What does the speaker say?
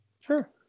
Sure